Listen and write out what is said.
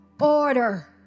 Order